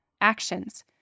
Actions